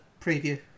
preview